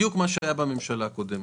בדיוק מה שהיה בממשלה הקודמת,